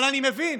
אבל אני מבין